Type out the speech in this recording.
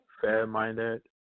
fair-minded